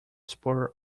spur